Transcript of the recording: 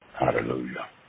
Hallelujah